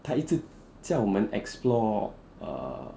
他一直叫我们 explore err